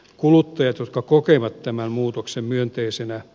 kuluttajat kokevat tämän muutoksen myönteisenä